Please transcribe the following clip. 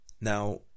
Now